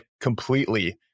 completely